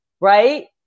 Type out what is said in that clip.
right